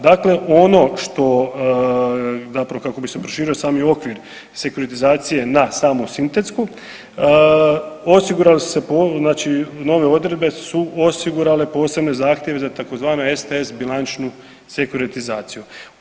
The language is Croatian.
Dakle, ono što zapravo kako bi se proširio sami okvir sekuritizacije na samu sintetsku osigurali su se znači nove odredbe su osigurale posebne zahtjeve za tzv. STS bilančnu sekuritizaciju.